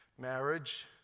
marriage